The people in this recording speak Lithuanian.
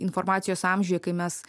informacijos amžiuje kai mes